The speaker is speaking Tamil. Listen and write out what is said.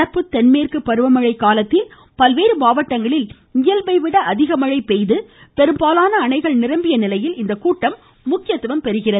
நடப்பு தென்மேற்கு பருவமமை காலத்தில் பல்வேறு மாவட்டங்களில் இயல்பை விட அதிக மழை பெய்து பெரும்பாலான அணைகள் நிரம்பிய நிலையில் இந்த கூட்டம் முக்கியத்துவம் பெறுகிறது